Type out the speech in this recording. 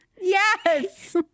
Yes